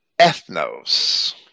ethnos